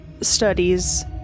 studies